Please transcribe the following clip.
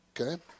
okay